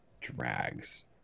drags